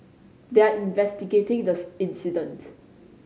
they are investigating the incident